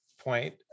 point